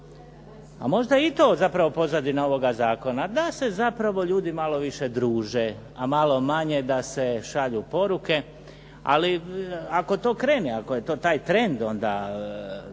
A možda je i to zapravo pozadina ovoga zakona, da se zapravo ljudi malo više druže, a malo manje da se šalju poruke, ali ako to krene, ako je to taj trend, onda